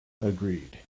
Agreed